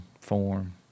form